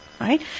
right